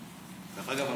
דרך אגב,